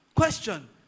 question